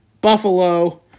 Buffalo